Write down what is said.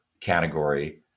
category